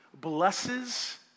blesses